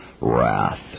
wrath